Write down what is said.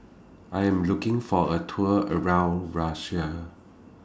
I Am looking For A Tour around Russia